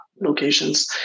locations